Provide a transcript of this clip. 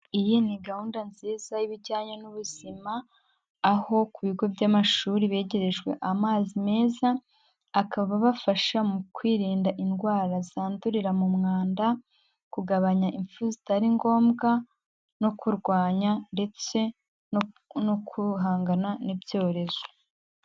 Iyi ni gahunda nziza y'ibijyanye n'ubuzima, aho ku bigo by'amashuri begerejwe amazi meza, akaba abafasha mu kwirinda indwara zandurira mu mwanda, kugabanya impfu zitari ngombwa no kurwanya ndetse no guhangana n'ibyorezo.